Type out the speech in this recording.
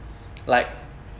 like